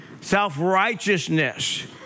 self-righteousness